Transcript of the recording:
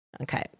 Okay